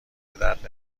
بدرد